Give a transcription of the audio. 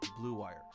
bluewire